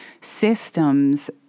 systems –